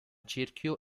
cerchio